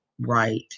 right